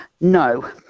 No